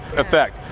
effect.